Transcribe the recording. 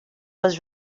was